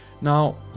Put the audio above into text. Now